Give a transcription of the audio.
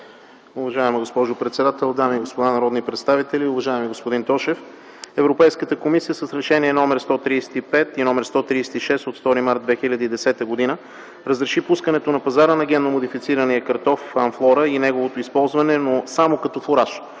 Уважаема госпожо председател, дами и господа народни представители, уважаеми господин Тошев! Европейската комисия с Решение № 135 и 136 от 2 март 2010 г. разреши пускането на пазара на генно модифицирания картоф „Амфлора” и неговото използване, но само като фураж,